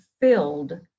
filled